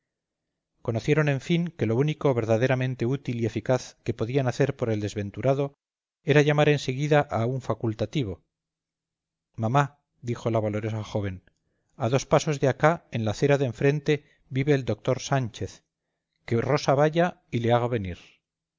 conocieron en fin que lo único verdaderamente útil y eficaz que podían hacer por el desventurado era llamar en seguida a un facultativo mamá dijo la valerosa joven a dos pasos de acá en la acera de enfrente vive el doctor sánchez que rosa vaya y le haga venir